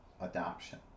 adoption